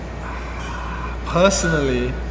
Personally